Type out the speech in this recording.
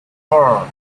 four